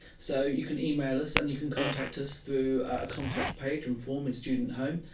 so you can email us and you can contact us through a contact page and form in student home.